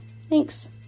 Thanks